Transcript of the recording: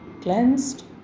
cleansed